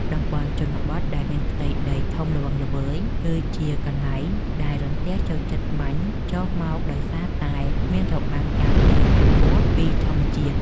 តំបន់ជនបទដែលមានផ្ទៃដីធំល្វឹងល្វើយគឺជាកន្លែងដែលរន្ទះចូលចិត្តបាញ់ចុះមកដោយសារតែគ្មានរបាំងការពារខ្ពស់ៗពីធម្មជាតិ។